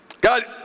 God